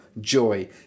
joy